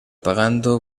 pagando